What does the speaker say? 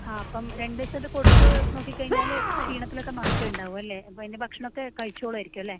ആ അപ്പം രണ്ട് ദിവസമായിട്ട് കൊടുത്ത് നോക്കിക്കഴിഞ്ഞാൽ ക്ഷീണത്തിലൊക്കെ മാറ്റം ഉണ്ടാവും അല്ലേ അപ്പോൾ അതിൻ്റെ ഭക്ഷണം ഒക്കെ കഴിച്ചോളുമായിരിക്കും അല്ലേ